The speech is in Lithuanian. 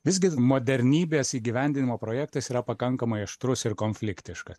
visgi modernybės įgyvendinimo projektas yra pakankamai aštrus ir konfliktiškas